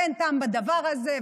ואין טעם בדבר הזה,